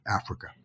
Africa